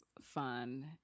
fun